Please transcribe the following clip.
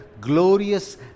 glorious